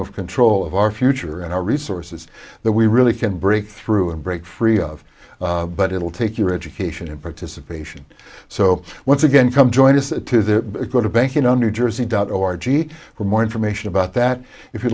of control of our future and our resources that we really can break through and break free of but it will take your education and participation so once again come join us to the go to banking on new jersey dot org for more information about that if you